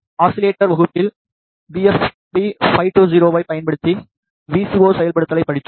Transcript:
oscillator வகுப்பில் P F P 520 ஐப் பயன்படுத்தி வி சி ஓ செயல்படுத்தலைப் படித்தோம்